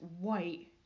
white